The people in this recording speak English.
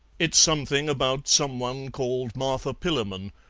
it's something about some one called martha pillamon,